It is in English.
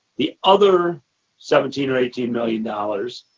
the other seventeen or eighteen million dollars,